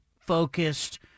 focused